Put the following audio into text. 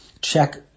check